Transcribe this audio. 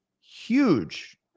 huge